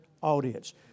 audience